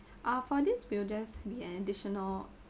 uh for this will just be an additional